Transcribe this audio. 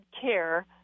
care